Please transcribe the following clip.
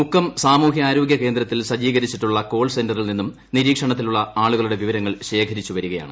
മുക്കം സാമൂഹികാരോഗ്യകേന്ദ്രത്തിൽ സജ്ജീകരി ച്ചിട്ടുള്ള കോൾ സെന്ററിൽ നിന്നും നിമ്പ്രീക്ഷണത്തിലുള്ള ആളുകളുടെ വിവരങ്ങൾ ശേഖരിച്ചുവരികയാണ്